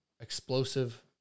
explosive